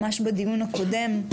ממש בדיון הקודם,